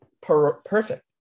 perfect